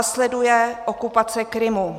Následuje okupace Krymu.